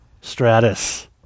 Stratus